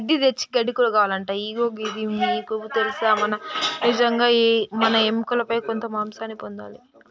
ఇగో గిది మీకు తెలుసా మనం నిజంగా మన ఎముకలపై కొంత మాంసాన్ని పొందాలి